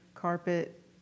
carpet